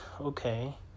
okay